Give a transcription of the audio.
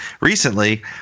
recently